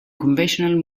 conventional